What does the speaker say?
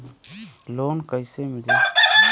Loan कइसे मिलि?